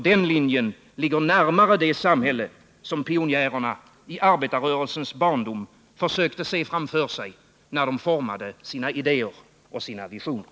Den linjen ligger närmare det samhälle som pionjärerna i arbetarrörelsens barndom försökte se framför sig när de formade sina idéer och visioner.